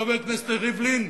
חבר הכנסת ריבלין,